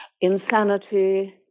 insanity